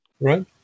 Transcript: right